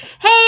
Hey